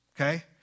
okay